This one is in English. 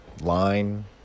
line